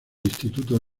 instituto